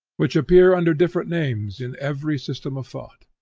which reappear under different names in every system of thought,